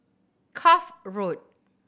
Cuff Road